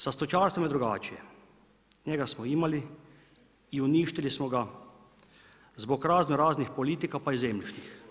Sa stočarstvom je drugačije, njega smo imali i uništili smo ga zbog raznoraznih politika pa i zemljišnih.